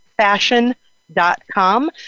fashion.com